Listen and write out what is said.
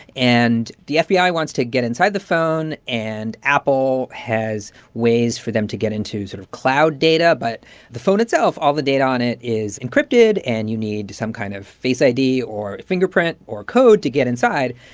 and the fbi wants to get inside the phone, and apple has ways for them to get into sort of cloud data. but the phone itself, all the data on it is encrypted. and you need some kind of face id or fingerprint or code to get inside,